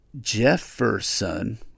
Jefferson